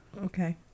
okay